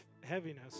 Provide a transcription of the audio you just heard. heaviness